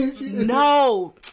No